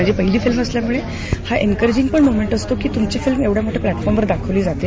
माझी पहिली फिल्म असल्यामुळे हा एनकरेजिंग पण मुव्हमेंट असतो की तुमची फिल्म एवढ्या मोठ्या प्लॅटफॉर्मवर दाखविली जाते